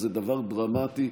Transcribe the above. זה דבר דרמטי,